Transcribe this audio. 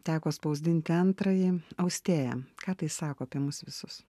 teko spausdinti antrąjį austėja ką tai sako apie mus visus